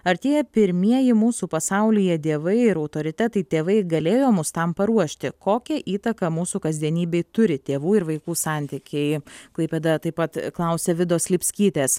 artėja pirmieji mūsų pasaulyje dievai ir autoritetai tėvai galėjo mus tam paruošti kokią įtaką mūsų kasdienybei turi tėvų ir vaikų santykiai klaipėda taip pat klausia vidos lipskytės